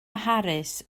mharis